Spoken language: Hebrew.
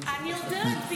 אני יודעת.